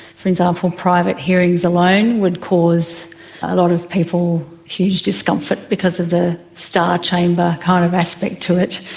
for example, private hearings alone would cause a lot of people huge discomfort because of the star chamber kind of aspect to it.